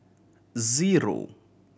zero